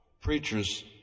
preachers